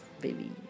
baby